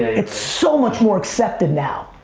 it's so much more accepted now!